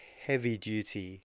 heavy-duty